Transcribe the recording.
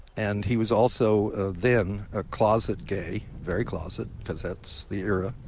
and he was also then a closet gay very closet because that's the era.